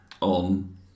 on